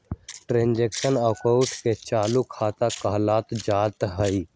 transaction अकाउंटे के चालू खता कहल जाइत हइ